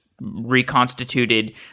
reconstituted